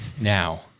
now